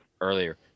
earlier